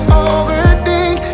overthink